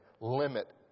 limit